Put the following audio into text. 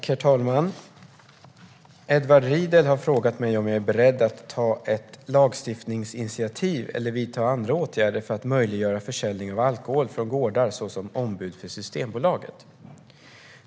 Herr talman! Edward Riedl har frågat mig om jag är beredd att ta ett lagstiftningsinitiativ eller vidta andra åtgärder för att möjliggöra försäljning av alkohol från gårdar såsom ombud för Systembolaget.